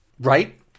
Right